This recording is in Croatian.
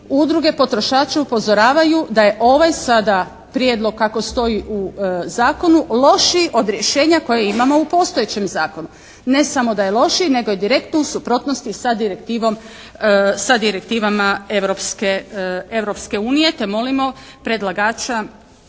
udruge potrošača upozoravaju da je ovaj sada prijedlog kako stoji u zakonu lošiji od rješenja koje imamo u postojećem zakonu. Ne samo da je lošiji nego je direktno u suprotnosti sa direktivom, sa direktivama Europske unije te molimo predlagača